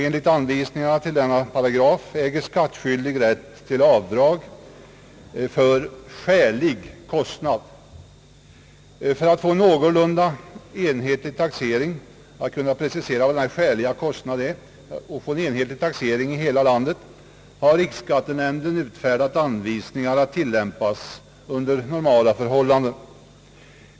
Enligt anvisningarna till denna paragraf äger skattskyldig rätt till avdrag för »skälig kostnad». För att få en någorlunda enhetlig taxering, kunna precisera denna skäliga kostnad och få en enhetlig taxering i hela landet, har riksskattenämnden utfärdat anvisningar att tillämpas under normala förhållanden.